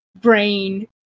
brain